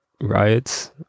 Riots